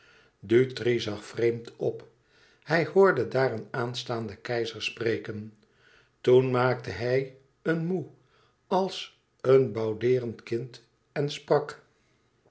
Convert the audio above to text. dutri zag vreemd op hij hoorde daar zijn aanstaanden keizer spreken toen maakte hij een moue als een boudeerend kind en sprak